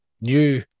new